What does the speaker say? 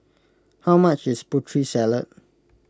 how much is Putri Salad